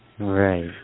Right